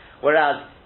Whereas